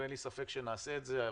ואין לי ספק שנעשה את זה.